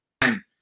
time